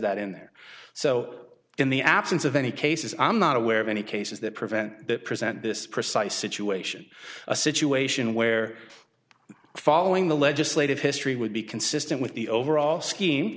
that in there so in the absence of any cases i'm not aware of any cases that prevent that present this precise situation a situation where following the legislative history would be consistent with the overall scheme